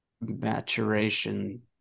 maturation